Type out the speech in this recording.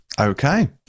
Okay